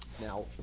Now